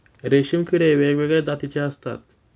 रेशीम किडे वेगवेगळ्या जातीचे असतात